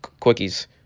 quickies